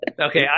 okay